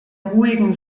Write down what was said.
ruhigen